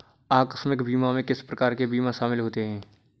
आकस्मिक बीमा में किस प्रकार के बीमा शामिल होते हैं?